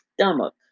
stomach